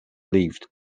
lived